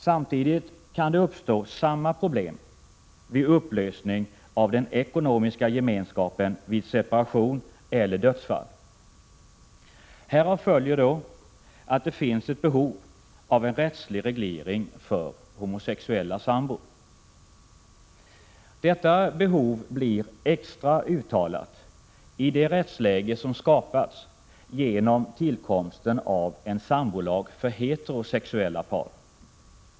Samtidigt kan det uppstå samma problem vid upplösning av den ekonomiska gemenskapen vid separation eller dödsfall. Härav följer att det finns behov av en rättslig reglering för homosexuella sambor. Detta behov blir extra uttalat i det rättsläge som har skapats genom tillkomsten av en sambolag för heterosexuella par.